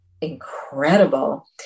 incredible